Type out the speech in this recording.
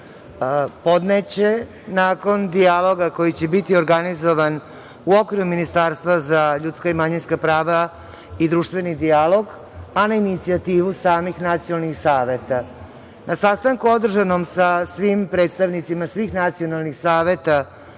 podneće nakon dijaloga koji će biti organizovan u okviru Ministarstva za ljudska i manjinska prava i društveni dijalog, a na inicijativu samih nacionalnih saveta. Na sastanku održanom sa svim predstavnicima svih nacionalnih saveta